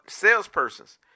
salespersons